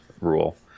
rule